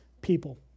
people